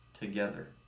together